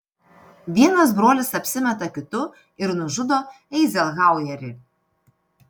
vienas brolis apsimeta kitu ir nužudo eizenhauerį